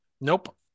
Nope